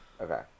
Okay